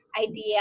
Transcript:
idea